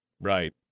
right